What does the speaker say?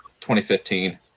2015